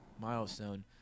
milestone